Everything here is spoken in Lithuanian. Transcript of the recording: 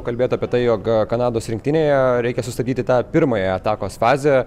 kalbėjot apie tai jog kanados rinktinėje reikia sustabtyti tą pirmąją atakos fazę